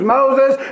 Moses